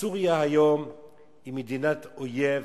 סוריה היום היא מדינת אויב,